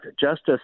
justice